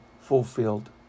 fulfilled